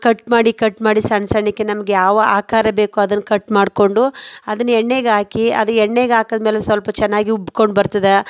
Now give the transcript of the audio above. cut ಮಾಡಿ cut ಮಾಡಿ ಸಣ್ಣ ಸಣ್ಣಗೆ ನಮಗೆ ಯಾವ ಆಕಾರ ಬೇಕು ಅದನ್ನ ಕಟ್ ಮಾಡಿಕೊಂಡು ಅದನ್ನ ಎಣ್ಣೆಗೆ ಹಾಕಿ ಅದು ಎಣ್ಣೆಗೆ ಹಾಕಿದ್ಮೇಲೆ ಸ್ವಲ್ಪ ಚೆನ್ನಾಗಿ ಉಬ್ಕೊಂಡು ಬರ್ತದೆ